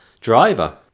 driver